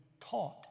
taught